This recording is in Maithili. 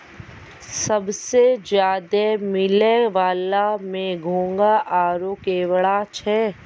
सबसें ज्यादे मिलै वला में घोंघा आरो केकड़ा छै